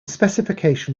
specification